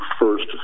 first